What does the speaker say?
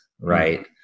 right